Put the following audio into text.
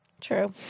True